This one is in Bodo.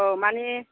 औ माने